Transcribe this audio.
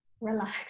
relax